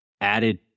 added